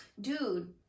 dude